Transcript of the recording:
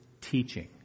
teaching